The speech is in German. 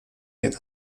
den